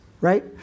right